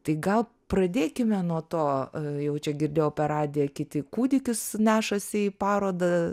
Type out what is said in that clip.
tai gal pradėkime nuo to jau čia girdėjau per radiją kiti kūdikius nešasi į parodą